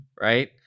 Right